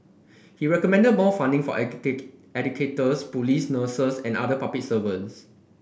he recommended more funding for educators police nurses and other public servants